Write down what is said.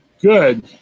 Good